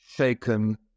Shaken